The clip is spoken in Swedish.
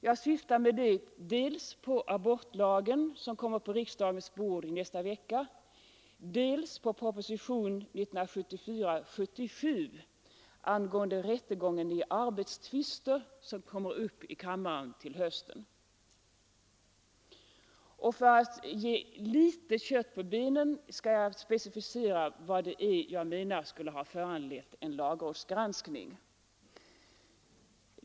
Jag syftar dels på abortlagen, som kommer på riksdagens bord i nästa vecka, dels på propositionen 1974:77 angående rättegången i arbetstvister, som kommer upp i kammaren till hösten. För att ge litet kött på benen skall jag specificera vad det är jag menar skulle ha föranlett en lagrådsgranskning.